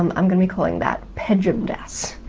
um i'm gonna be calling that pejmdas,